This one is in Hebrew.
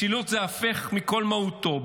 משילות זה ההפך מכל מהותו.